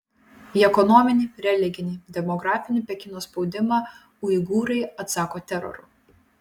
į ekonominį religinį demografinį pekino spaudimą uigūrai atsako teroru